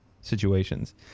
situations